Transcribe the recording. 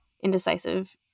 indecisive